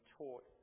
taught